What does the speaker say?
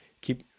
keep